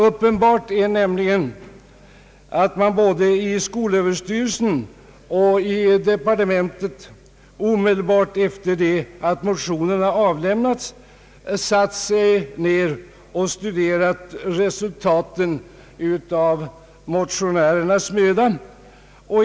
Uppenbart är att man både i skolöverstyrelsen och i departementet omedelbart efter det att motionerna väck tes satte sig ned och studerade resultatet av motionärernas mödor.